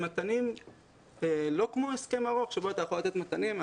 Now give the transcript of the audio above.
מתנים לא כמו הסכם ארוך שבו אתה יכול לתת מתנים.